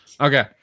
Okay